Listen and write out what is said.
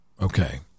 Okay